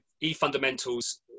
e-fundamentals